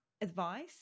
advice